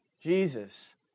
Jesus